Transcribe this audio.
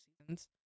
seasons